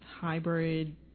hybrid